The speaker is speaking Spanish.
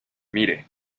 mire